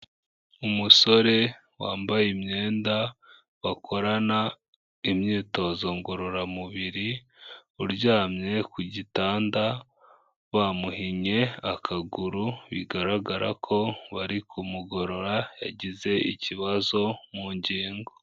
Umusore wambaye imyenda bakorana imyitozo ngororamubiri, uryamye ku gitanda, bamuhinye akaguru, bigaragara ko bari kumugorora yagize ikibazo mu ngingo.